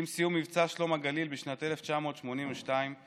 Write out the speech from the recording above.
עם סיום מבצע שלום הגליל בשנת 1982 נערכו